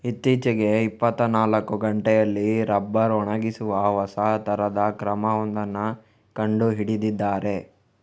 ಇತ್ತೀಚೆಗೆ ಇಪ್ಪತ್ತನಾಲ್ಕು ಗಂಟೆಯಲ್ಲಿ ರಬ್ಬರ್ ಒಣಗಿಸುವ ಹೊಸ ತರದ ಕ್ರಮ ಒಂದನ್ನ ಕಂಡು ಹಿಡಿದಿದ್ದಾರೆ